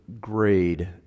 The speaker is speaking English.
grade